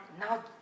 now